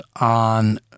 on